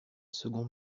second